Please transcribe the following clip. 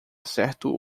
certo